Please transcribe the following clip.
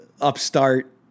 upstart